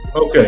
Okay